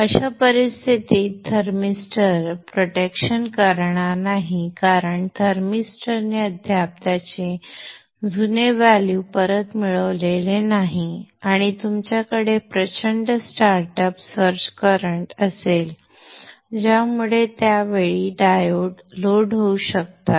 अशा परिस्थितीत thermistor protection करणार नाही कारण थर्मिस्टरने अद्याप त्याचे जुने मूल्य परत मिळवलेले नाही आणि तुमच्याकडे प्रचंड स्टार्टअप सर्ज करंट असेल ज्यामुळे त्या वेळी डायोड लोड होऊ शकतात